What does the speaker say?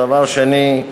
דבר שני,